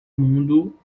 mundo